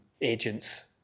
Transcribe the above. agents